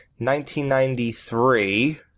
1993